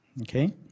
okay